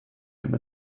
him